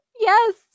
yes